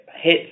hit